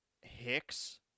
Hicks